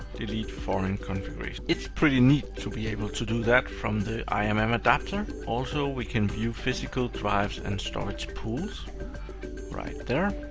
delete foreign configuration. it's pretty neat to be able to do that from the um imm adapter. also we can view physical drives and storage pools right there.